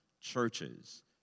churches